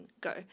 go